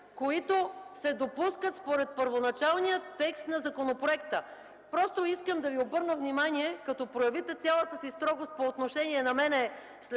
които се допускат според първоначалния текст на законопроекта. Просто искам да Ви обърна внимание, когато проявите цялата си строгост по отношение на мен